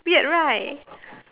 weird right